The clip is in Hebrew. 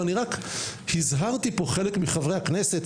אני רק הזהרתי פה חלק מחברי הכנסת